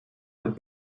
have